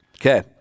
Okay